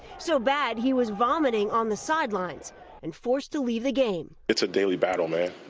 so bad he was vomiting on the sidelines and forced to leave the game. it's a daily battle, man.